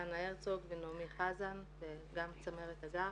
חנה הרצוג ונעמי חזן וגם הגר